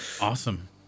Awesome